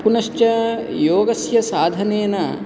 पुनश्च योगस्य साधनेन